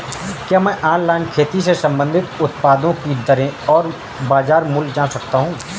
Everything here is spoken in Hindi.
क्या मैं ऑनलाइन खेती से संबंधित उत्पादों की दरें और बाज़ार मूल्य जान सकता हूँ?